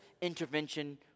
intervention